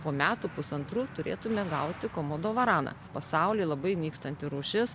po metų pusantrų turėtume gauti komodo varaną pasauly labai nykstanti rūšis